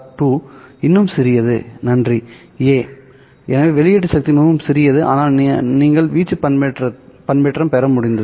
2 இன்னும் சிறியது நன்றி A எனவே வெளியீட்டு சக்தி மிகவும் சிறியது ஆனால் நீங்கள் வீச்சு பண்பேற்றம் பெற முடிந்தது